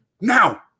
Now